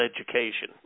education